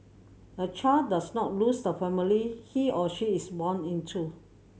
a child does not lose the family he or she is born into